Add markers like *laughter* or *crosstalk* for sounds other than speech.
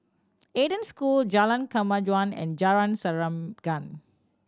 Eden School Jalan Kemajuan and Jalan *unintelligible*